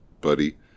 buddy